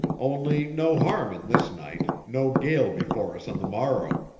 only no harm in this night no gale before us on the morrow.